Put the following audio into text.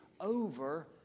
over